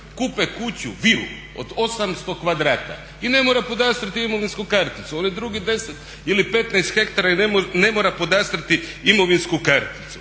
kupe kuću, vilu od 800 kvadrata i ne mora podastrijeti imovinsku karticu, oni drugi 10 ili 15 hektara i ne mora podastrijeti imovinsku karticu.